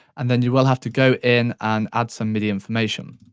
and then you will have to go in and add some midi information.